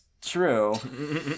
true